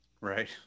Right